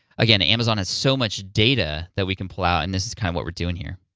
again, amazon has so much data that we can plow, and this is kind of what we're doing here.